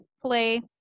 play